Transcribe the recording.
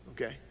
okay